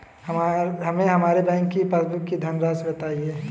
हमें हमारे बैंक की पासबुक की धन राशि बताइए